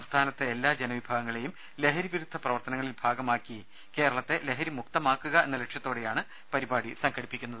സംസ്ഥാനത്തെ എല്ലാ ജനവിഭാഗങ്ങളേയും ലഹരി വിരുദ്ധ പ്രവർത്തനങ്ങളിൽ ഭാഗമാക്കി കേരളത്തെ ലഹരി മുക്തമാക്കുക എന്ന ലക്ഷ്യത്തോടെയാണ് പരിപാടി സംഘടിപ്പിക്കുന്നത്